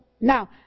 Now